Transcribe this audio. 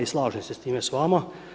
I slažem se sa time s vama.